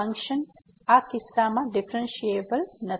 તેથી ફંક્શન આ કિસ્સામાં ડીફ્રેન્સીએબલ નથી